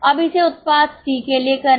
अब इसे उत्पाद सी के लिए करें